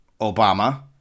Obama